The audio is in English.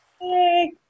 Hey